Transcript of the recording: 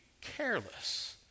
careless